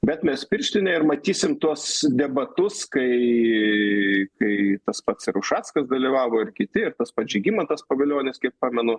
bet mes pirštinę ir matysim tuos debatus kai kai tas pats ir ušackas dalyvavo ir kiti ir tas pat žygimantas pavilionis kiek pamenu